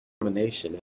determination